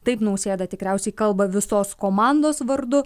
taip nausėda tikriausiai kalba visos komandos vardu